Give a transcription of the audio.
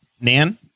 Nan